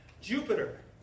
Jupiter